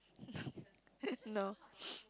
no